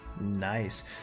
Nice